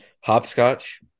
hopscotch